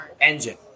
Engine